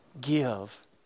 give